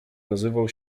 nazywał